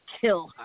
kill